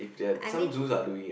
I mean